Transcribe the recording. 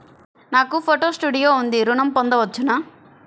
నాకు photo studio ఉంది ఋణం పొంద వచ్చునా?